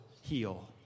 heal